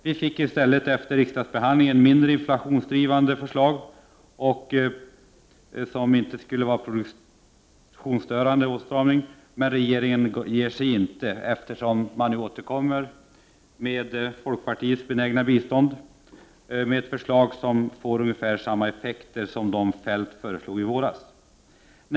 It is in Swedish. Vi fick i stället efter riksdagsbehandlingen ett mindre inflationsdrivande förslag, som inte skulle vara en produktionsstörande åtstramning. Men regeringen ger sig inte, eftersom man nu återkommer, med folkpartiets benägna bistånd, med ett förslag som får ungefär samma effekter som de Feldt föreslog i våras.